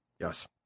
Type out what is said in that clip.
Yes